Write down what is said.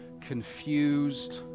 confused